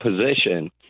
position